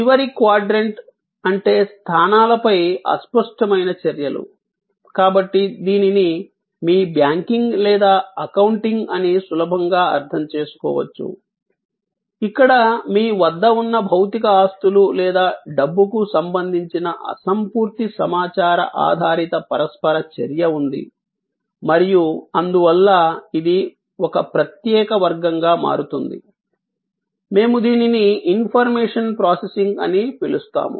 చివరి క్వాడ్రంట్ అంటే స్థానాలపై అస్పష్టమైన చర్యలు కాబట్టి దీనిని మీ బ్యాంకింగ్ లేదా అకౌంటింగ్ అని సులభంగా అర్థం చేసుకోవచ్చు ఇక్కడ మీ వద్ద ఉన్న భౌతిక ఆస్తులు లేదా డబ్బుకు సంబంధించిన అసంపూర్తి సమాచార ఆధారిత పరస్పర చర్య ఉంది మరియు అందువల్ల ఇది ఒక ప్రత్యేక వర్గంగా మారుతుంది మేము దీనిని ఇన్ఫర్మేషన్ ప్రాసెసింగ్ అని పిలుస్తాము